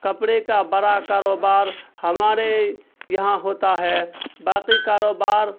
کپڑے کا بڑا کاروبار ہمارے یہاں ہوتا ہے باقی کاروبار